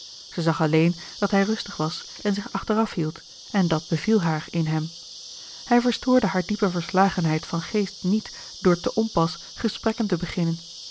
zij zag alleen dat hij rustig was en zich achteraf hield en dat beviel haar in hem hij verstoorde haar diepe verslagenheid van geest niet door te onpas gesprekken te beginnen